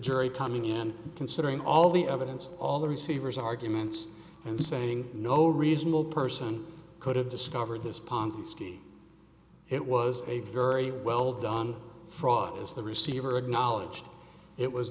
jury coming in and considering all the evidence all the receiver's arguments and saying no reasonable person could have discovered this ponzi scheme it was a very well done fraud as the receiver acknowledged it was